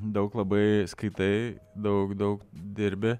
daug labai skaitai daug daug dirbi